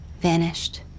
Vanished